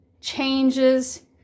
changes